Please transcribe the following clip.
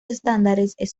estándares